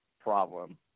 problem